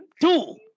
two